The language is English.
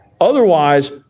Otherwise